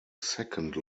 second